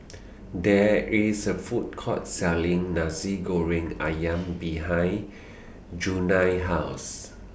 There IS A Food Court Selling Nasi Goreng Ayam behind Junia's House